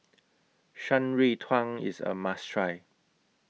Shan Rui Tang IS A must Try